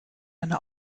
eine